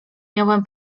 miałem